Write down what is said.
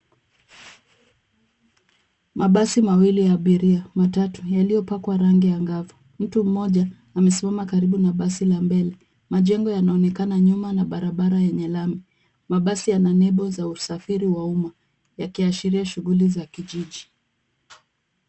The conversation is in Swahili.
Mabasi mawili ya abiria, matatu yaliyopakwa rangi angavu. Mtu mmoja amesimama karibu na basi la mbele. Majengo yanaonekana nyuma na barabara yenye lami. Mabasi yana nembo za usafiri wa umma yakiashiria shughuli za kijiji.